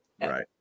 Right